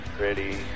ready